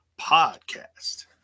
Podcast